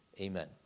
Amen